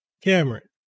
Cameron